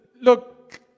look